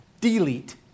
Delete